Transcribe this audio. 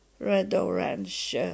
red-orange